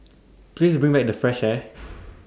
please bring back the fresh air